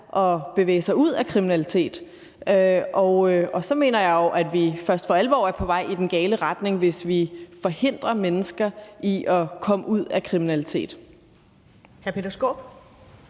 at bevæge sig ud af kriminalitet. Og så mener jeg jo, at vi først for alvor er på vej i den gale retning, hvis vi forhindrer mennesker i at komme ud af kriminalitet.